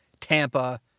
Tampa